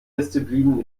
disziplinen